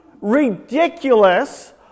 ridiculous